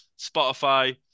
Spotify